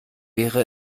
wäre